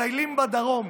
מטיילים בדרום.